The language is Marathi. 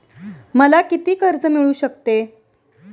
मला किती कर्ज मिळू शकते?